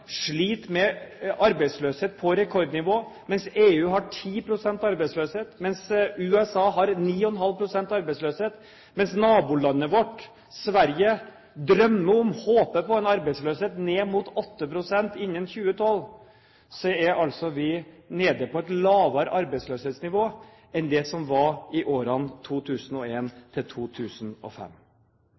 sliter med arbeidsløshet på rekordnivå, mens EU har 10 pst. arbeidsløshet, mens USA har 9,5 pst. arbeidsløshet, mens nabolandet vårt Sverige drømmer om og håper på en arbeidsløshet ned mot 8 pst. innen 2012, er vi altså nede på et lavere arbeidsløshetsnivå enn det som var i årene